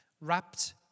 wrapped